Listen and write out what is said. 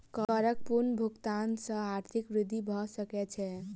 करक पूर्ण भुगतान सॅ आर्थिक वृद्धि भ सकै छै